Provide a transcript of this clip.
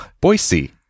Boise